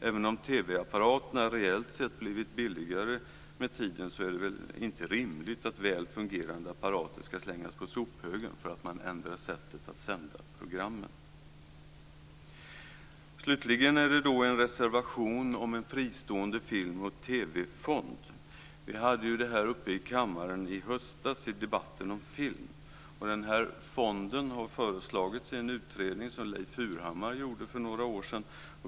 Även om TV-apparater reellt sett blivit billigare med tiden är det väl inte rimligt att väl fungerande apparater ska slängas på sophögen därför att sättet att sända program ändras. Det finns en reservation om en fristående filmoch TV-fond. Vi hade frågan uppe här i kammaren i höstas i debatten om film. Den här fonden har föreslagits i en utredning som Leif Furhammar gjorde för några år sedan.